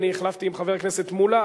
אני החלפתי עם חבר הכנסת מולה,